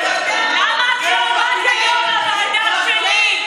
אתה יודע מה, למה לא באת היום לוועדה שלי?